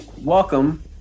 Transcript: Welcome